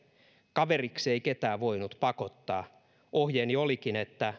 kaveriksi ei ketään voinut pakottaa ohjeeni olikin että